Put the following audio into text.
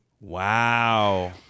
Wow